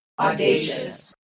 Audacious